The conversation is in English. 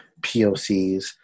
POCs